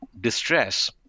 distress